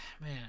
Man